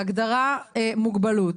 ההגדרה "מוגבלות"